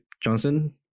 Johnson